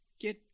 Get